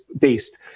based